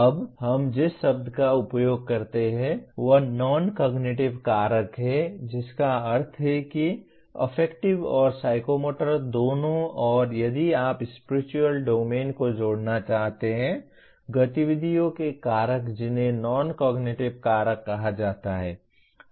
अब हम जिस शब्द का उपयोग करते हैं वह नॉन कॉग्निटिव कारक है जिसका अर्थ है कि अफेक्टिव और साइकोमोटर दोनों और यदि आप स्पिरिचुअल डोमेन को जोड़ना चाहते हैं गतिविधियों के कारक जिन्हें नॉन कॉग्निटिव कारक कहा जाता है